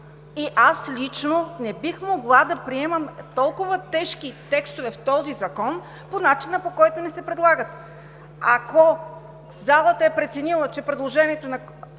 Аз лично не бих могла да приемам толкова тежки текстове в този закон по начина, по който ни се предлагат. Ако залата е преценила, че предложението на